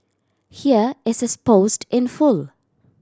here is his post in full